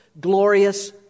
glorious